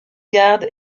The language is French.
garde